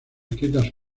escritas